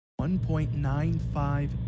1.95